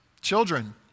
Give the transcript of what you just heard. Children